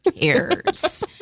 cares